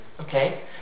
Okay